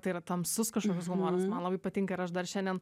tai yra tamsus kažkoks humoras man labai patinka ir aš dar šiandien